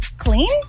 clean